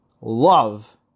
love